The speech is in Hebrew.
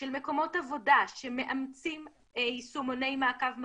של מקומות עבודה שמאמצים יישומוני מעקב מגעים,